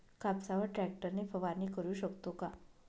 कापसावर ट्रॅक्टर ने फवारणी करु शकतो का?